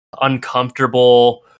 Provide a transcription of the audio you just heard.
uncomfortable